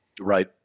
Right